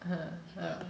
!huh! !huh!